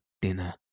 dinner